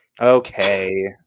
Okay